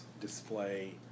display